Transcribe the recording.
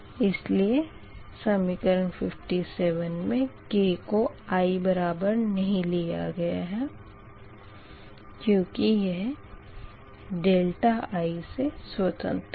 इसीलिए समीकरण 57 मे k को i बराबर नही लिया गया है क्यूँकि यह i से स्वतंत्र है